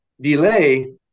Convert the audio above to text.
delay